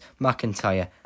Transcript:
McIntyre